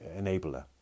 enabler